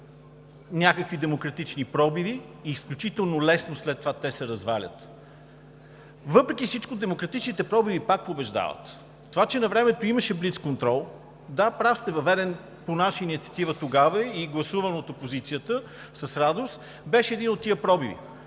някакви демократични пробиви и изключително лесно след това те се развалят. Въпреки всичко, демократичните пробиви пак побеждават. Това, че навремето имаше блицконтрол, да, прав сте, въведен по наша инициатива тогава и гласуван от опозицията с радост, беше един от тези пробиви,